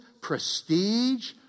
prestige